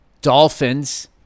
Dolphins